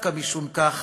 ודווקא משום כך,